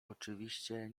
oczywiście